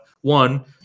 one